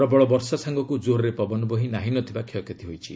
ପ୍ରବଳ ବର୍ଷା ସାଙ୍ଗକୁ ଜୋର୍ରେ ପବନ ବହି ନାହିଁ ନ ଥିବା କ୍ଷୟକ୍ଷତି ହୋଇଛି